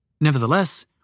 Nevertheless